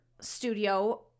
studio